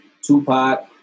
Tupac